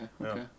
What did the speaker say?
okay